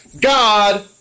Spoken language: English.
God